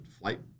flight